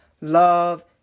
love